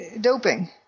doping